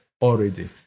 already